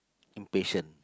impatient